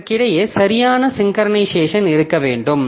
அவற்றுக்கிடையே சரியான சிங்க்கரனைசேஷன் இருக்க வேண்டும்